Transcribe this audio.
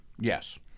Yes